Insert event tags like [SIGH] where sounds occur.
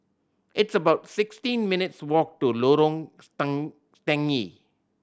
it's about sixteen minutes' walk to Lorong [UNINTELLIGIBLE] Stangee